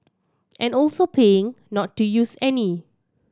and also paying not to use any